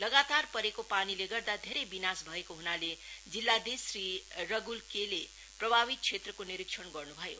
लगातार परेको पानीले गर्दा धेरै विनास भएको हुनाले जिल्लाधीश श्री रगुल केले प्रभावित क्षेत्रको निरीक्षण गर्नु भयो